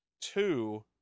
Two